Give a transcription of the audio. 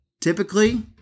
typically